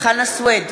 חנא סוייד,